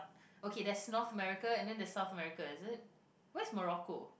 okay there's North America and then there's South America is it where's Morocco